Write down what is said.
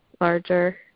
larger